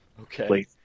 Okay